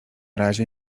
razie